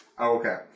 Okay